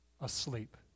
asleep